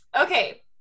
Okay